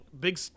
Big